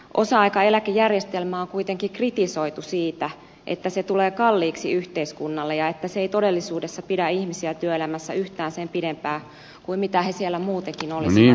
osa aikaeläkejärjestelmää on kuitenkin kritisoitu siitä että se tulee kalliiksi yhteiskunnalle ja että se ei todellisuudessa pidä ihmisiä työelämässä yhtään sen pidempään kuin mitä he siellä muutenkin olisivat